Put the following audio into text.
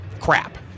crap